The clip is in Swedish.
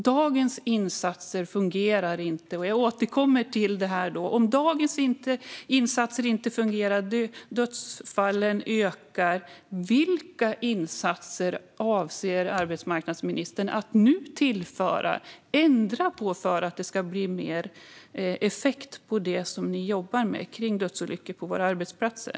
Dagens insatser fungerar ju inte - jag återkommer till det - och dödsfallen ökar. Min fråga blir då: Vilka insatser avser arbetsmarknadsministern att nu tillföra och ändra på för att det ska få effekt när det gäller dödsolyckor på våra arbetsplatser?